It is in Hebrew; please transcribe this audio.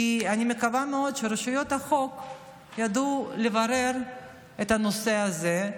כי אני מקווה מאוד שרשויות החוק ידעו לברר את הנושא הזה.